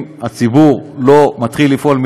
אם הציבור לא מתחיל לפעול,